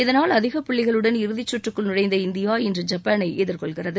இதனால் அதிக புள்ளிகளுடன் இறுதிச்சுற்றுக்குள் நுழைந்த இந்தியா இன்று ஐப்பானை எதிர்கொள்கிறது